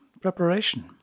preparation